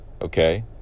okay